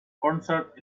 concert